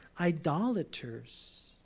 idolaters